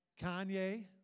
Kanye